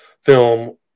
film